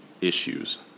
issues